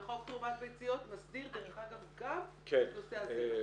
וחוק תרומת ביציות מסדיר דרך אגב גם את נושא הזרע.